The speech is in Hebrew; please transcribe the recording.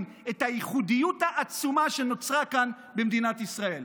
את הייחודיות העצומה שנוצרה כאן במדינת ישראל.